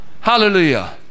hallelujah